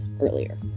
earlier